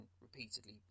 repeatedly